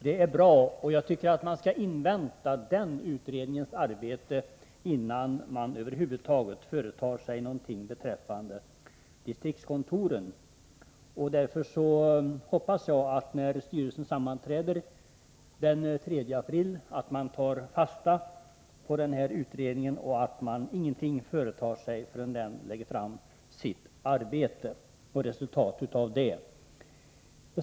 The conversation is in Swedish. Det är bra, och jag tycker att man skall invänta den utredningens arbete innan man över huvud taget företar sig någonting beträffande distriktskontoren. Därför hoppas jag att styrelsen, när man sammanträder den 3 april, tar fasta på denna utredning och att man inte företar sig någonting förrän den lägger fram resuitatet av sitt arbete.